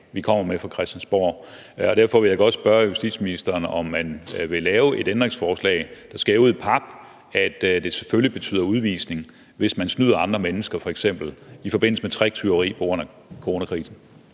vi kommer med fra Christiansborg. Derfor vil jeg godt spørge justitsministeren, om man vil lave et ændringsforslag, der skærer ud i pap, at det selvfølgelig betyder udvisning, hvis man snyder andre mennesker, f.eks. i forbindelse med tricktyveri på grund af coronakrisen.